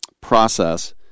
process